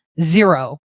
zero